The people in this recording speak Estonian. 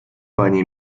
pani